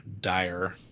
dire